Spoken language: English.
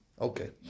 Okay